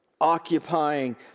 occupying